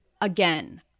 again